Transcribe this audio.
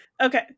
okay